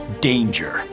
Danger